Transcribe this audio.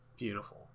Beautiful